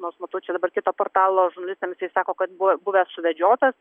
nors matau čia dabar kito portalo žurnalistams jis sako kad buvo buvęs suvedžiotas